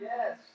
Yes